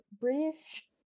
British